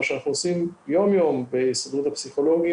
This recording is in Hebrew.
מה שאנחנו עושים יום יום בהסתדרות הפסיכולוגים